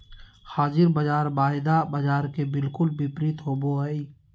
हाज़िर बाज़ार वायदा बाजार के बिलकुल विपरीत होबो हइ